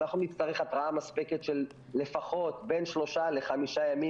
נצטרך התראה מספקת של לפחות בין שלושה לחמישה ימים